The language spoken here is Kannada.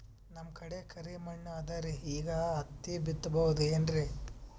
ನಮ್ ಕಡೆ ಕರಿ ಮಣ್ಣು ಅದರಿ, ಈಗ ಹತ್ತಿ ಬಿತ್ತಬಹುದು ಏನ್ರೀ?